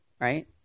right